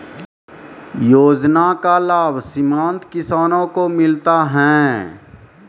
योजना का लाभ सीमांत किसानों को मिलता हैं?